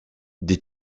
des